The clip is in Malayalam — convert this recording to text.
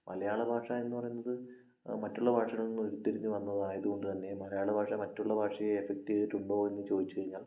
മലയാള ഭാഷയെന്ന് പറയുന്നത് മറ്റുള്ള ഭാഷകളിൽ നിന്ന് ഉരുത്തിരിഞ്ഞു വന്നതായതുകൊണ്ട് തന്നെ മലയാള ഭാഷ മറ്റുള്ള ഭാഷയെ എഫക്ട് ചെയ്തിട്ടുണ്ടോയെന്ന് ചോദിച്ചുകഴിഞ്ഞാൽ